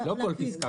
לא בכל פסקה.